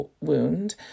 wound